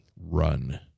run